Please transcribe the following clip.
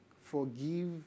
forgive